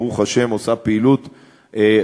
שברוך השם עושה פעילות רחבה,